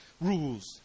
rules